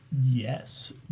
Yes